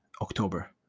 october